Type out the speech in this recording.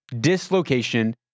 dislocation